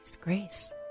grace